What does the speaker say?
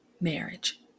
marriage